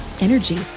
energy